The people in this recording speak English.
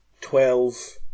twelve